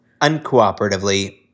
Uncooperatively